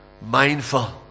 mindful